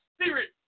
spirit